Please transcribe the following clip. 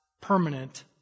permanent